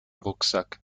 rucksack